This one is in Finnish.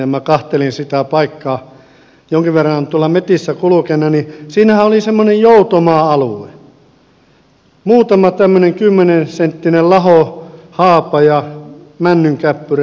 kun minä katselin sitä paikkaa jonkin verran tuolla metsissä kulkeneena niin siinähän oli semmoinen joutomaa alue muutama tämmöinen kymmensenttinen laho haapa ja männynkäppyrä